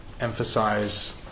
emphasize